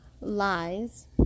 lies